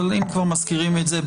אבל אם כבר מזכירים את זה,